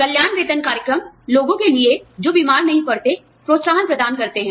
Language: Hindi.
कल्याण वेतन कार्यक्रम लोगों के लिए जो बीमार नहीं पड़ते हैं प्रोत्साहन प्रदान करते हैं